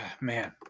Man